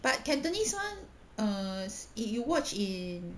but cantonese [one] err s~ you watch in